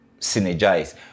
synergize